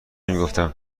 نمیگفتم